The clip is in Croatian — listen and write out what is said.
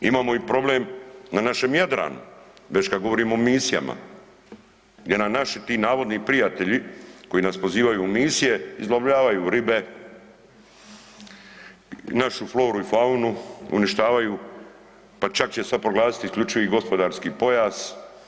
Imamo i problem na našem Jadranu već kada govorimo o misijama gdje nam naši ti navodni prijatelji koji nas pozivaju u misije izlovljavaju ribe, našu floru i faunu uništavaju, pa čak će sada proglasiti isključi gospodarski pojas.